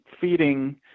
feeding